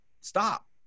Stop